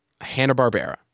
Hanna-Barbera